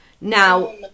Now